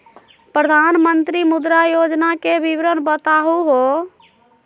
प्रधानमंत्री मुद्रा योजना के विवरण बताहु हो?